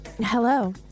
Hello